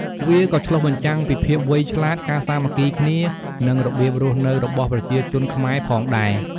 វាក៏ឆ្លុះបញ្ចាំងពីភាពវៃឆ្លាត ការសាមគ្គីគ្នា និងរបៀបរស់នៅរបស់ប្រជាជនខ្មែរផងដែរ។